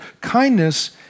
Kindness